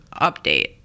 update